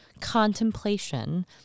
contemplation